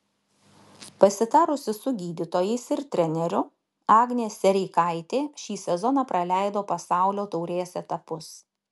pasitarusi su gydytojais ir treneriu agnė sereikaitė šį sezoną praleido pasaulio taurės etapus